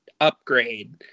upgrade